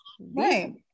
right